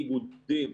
איגודים,